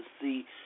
see